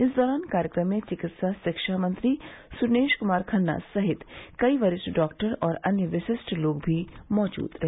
इस दौरान कार्यक्रम में चिकित्सा शिक्षा मंत्री सुरेश कुमार खन्ना सहित कई वरिष्ठ डॉक्टर और अन्य विशिष्ट लोग भी मौजूद रहे